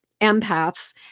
empaths